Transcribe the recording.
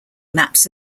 maps